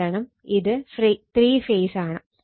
കാരണം ഇത് three phase ആണ്